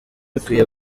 ikwiye